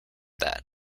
that